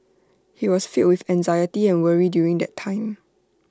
he was filled with anxiety and worry during that time